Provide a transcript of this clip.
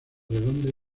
redondas